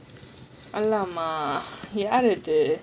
!alamak! யாரு இது:yaaru ithu